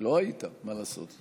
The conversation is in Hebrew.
לא היית, מה לעשות.